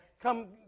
come